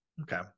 Okay